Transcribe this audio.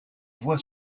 voit